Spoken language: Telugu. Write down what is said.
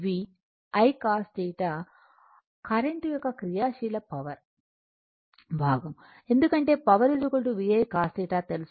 I cos θ కరెంట్ యొక్క క్రియా శీల పవర్ భాగం ఎందుకంటే పవర్ VI cos θ తెలుసు